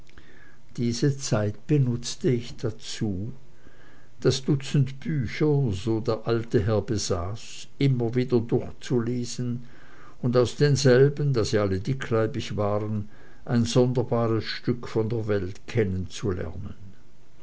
diese zeit benutzte ich dazu das dutzend bücher so der alte herr besaß immer wieder durchzulesen und aus denselben da sie alle dickleibig waren ein sonderbares stück von der welt kennenzulernen